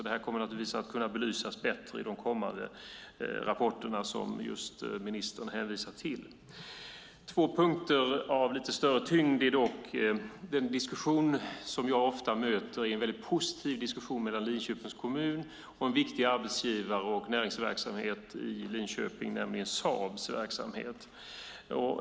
Det här kommer att kunna belysas bättre i de kommande rapporterna som ministern hänvisar till. Två punkter av lite större tyngd är dock det som jag ofta möter i en väldigt positiv diskussion mellan Linköpings kommun och en viktig arbetsgivare och näringsverksamhet i Linköping, nämligen Saab.